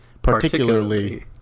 Particularly